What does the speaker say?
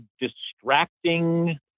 distracting